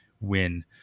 win